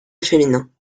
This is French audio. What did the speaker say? féminin